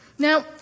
Now